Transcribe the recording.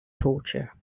torture